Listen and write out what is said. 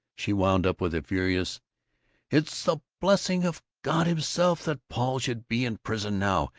she wound up with a furious it's the blessing of god himself that paul should be in prison now,